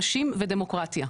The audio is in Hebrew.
נשים ודמוקרטיה,